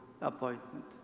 appointment